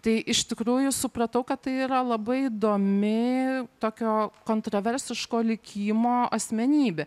tai iš tikrųjų supratau kad tai yra labai įdomi tokio kontroversiško likimo asmenybė